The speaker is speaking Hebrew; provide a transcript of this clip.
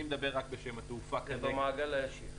במעגל הישיר?